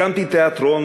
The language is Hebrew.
הקמתי תיאטרון,